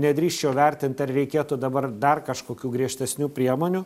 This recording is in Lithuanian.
nedrįsčiau vertint ar reikėtų dabar dar kažkokių griežtesnių priemonių